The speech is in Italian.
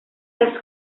era